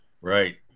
Right